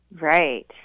right